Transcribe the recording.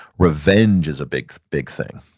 revenge is a big big thing,